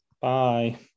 Bye